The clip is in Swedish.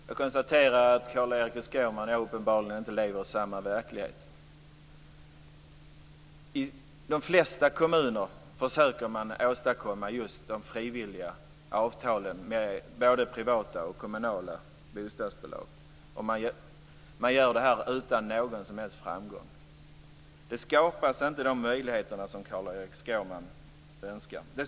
Fru talman! Jag konstaterar att Carl-Erik Skårman och jag uppenbarligen inte lever i samma verklighet. I de flesta kommuner försöker man åstadkomma just de frivilliga avtal som det talas om med både privata och kommunala bostadsbolag. Man gör det utan någon som helst framgång. De möjligheter som Carl Erik Skårman önskar skapas inte.